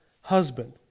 husband